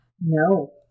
No